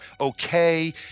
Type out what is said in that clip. okay